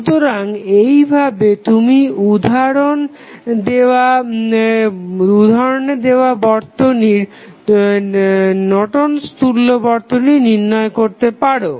সুতরাং এইভাবে তুমি উদাহরণে দেওয়া বর্তনীর নর্টন'স তুল্য Nortons equivalent বর্তনী নির্ণয় করতে পারো